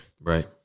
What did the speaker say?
Right